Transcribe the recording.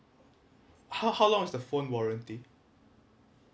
how how long is the phone warranty